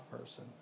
person